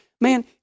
Man